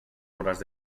obras